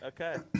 Okay